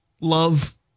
love